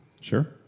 Sure